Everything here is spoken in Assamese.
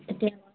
এতিয়া